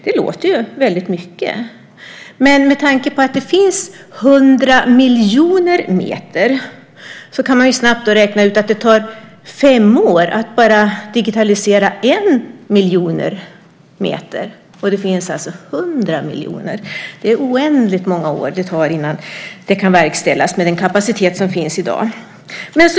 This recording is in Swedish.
Det låter väldigt mycket, men med tanke på att det finns 100 miljoner meter kan man snabbt räkna ut att det tar fem år att digitalisera bara 1 miljon meter. Och det finns alltså 100 miljoner. Det tar oändligt många år innan det kan verkställas med den kapacitet som finns i dag.